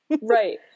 Right